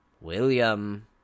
William